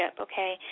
okay